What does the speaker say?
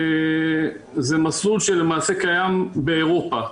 זה מסלול שלמעשה קיים באירופה,